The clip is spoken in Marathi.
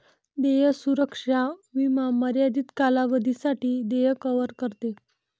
देय सुरक्षा विमा मर्यादित कालावधीसाठी देय कव्हर करते